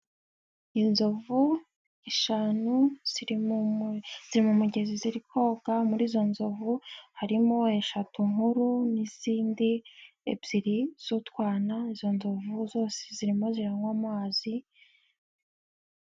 Inzovu eshanu ziri mu mugezi ziri koga, muri izo nzovu harimo eshatu nkuru n'izindi ebyiri z'utwana, izo nzovu zose zirimo ziranywa amazi.